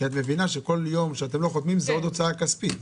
את מבינה שכל יום שאתם לא חותמים זה עוד הוצאה כספית.